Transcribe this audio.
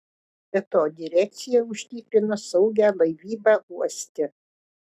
be to direkcija užtikrina saugią laivybą uoste